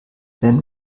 wenn